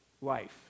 life